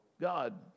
God